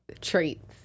traits